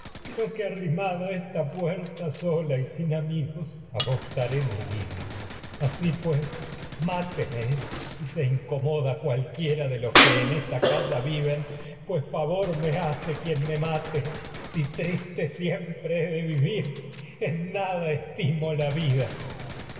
sino que arri a mada esta puerta sola y sin amigos agostaré mi vida los asi pues máteme si se incomoda cualquiera de casa que en esa viven pues favor me hace en quien me mate si triste siempre he de vivir nada estimo la vida